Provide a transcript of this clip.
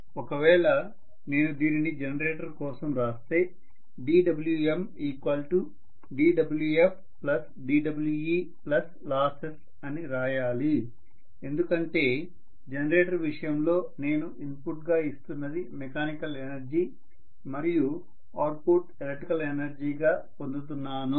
ఒకవేళ నేను దీనిని జనరేటర్ కోసం రాస్తే dWmdWfdWelosses అని రాయాలి ఎందుకంటే జనరేటర్ విషయంలో నేను ఇన్పుట్ గా ఇస్తున్నది మెకానికల్ ఎనర్జీ మరియు అవుట్పుట్ ఎలక్ట్రికల్ ఎనర్జీగా నేను పొందుతున్నాను